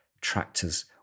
tractors